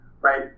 right